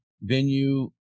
venue